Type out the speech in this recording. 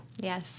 Yes